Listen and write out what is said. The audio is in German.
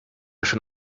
schon